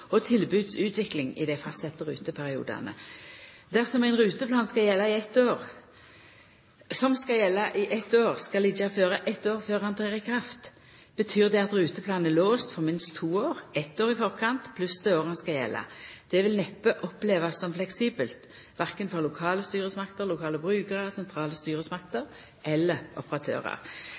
i dei fastsette ruteperiodane. Dersom ein ruteplan som skal gjelda i eitt år, skal liggja føre eitt år før han trer i kraft, betyr det at ruteplanen er låst for minst to år – eitt år i forkant pluss det året han skal gjelda. Det vil neppe opplevast som fleksibelt av verken lokale styresmakter, lokale brukarar, sentrale styresmakter eller operatørar.